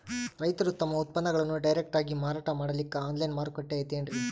ರೈತರು ತಮ್ಮ ಉತ್ಪನ್ನಗಳನ್ನು ಡೈರೆಕ್ಟ್ ಆಗಿ ಮಾರಾಟ ಮಾಡಲಿಕ್ಕ ಆನ್ಲೈನ್ ಮಾರುಕಟ್ಟೆ ಐತೇನ್ರೀ?